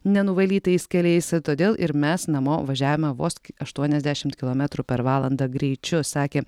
nenuvalytais keliais todėl ir mes namo važiavome vos aštuoniasdešimt kilometrų per valandą greičiu sakė